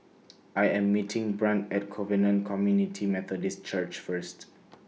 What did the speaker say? I Am meeting Brant At Covenant Community Methodist Church First